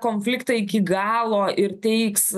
konfliktą iki galo ir teiks